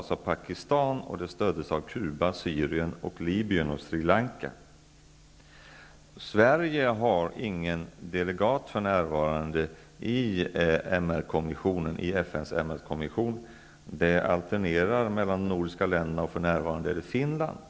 Sverige har för närvarande ingen delegat i FN:s MR-kommission. Det uppdraget alternerar mellan de nordiska länderna, och nu är det Finlands tur.